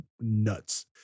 nuts